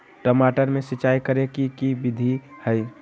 टमाटर में सिचाई करे के की विधि हई?